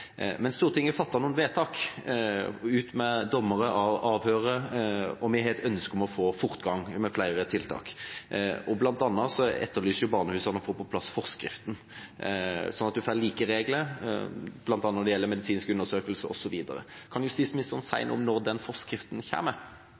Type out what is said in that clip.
Stortinget har fattet noen vedtak når det gjelder dommeravhør, og vi har et ønske om å få fortgang i flere tiltak. Blant annet etterlyser barnehusene å få på plass forskriften, slik at en får like regler, bl.a. når det gjelder medisinske undersøkelser osv. Kan justisministeren